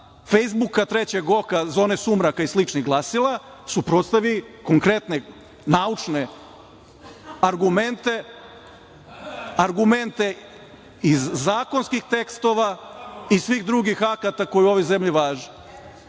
Fejsbuka, Trećeg oka, Zone sumraka i sličnih glasila suprotstavi konkretne naučne argumente, argumente iz zakonskih tekstova i svih drugih akata koji u ovoj zemlji važe. Sa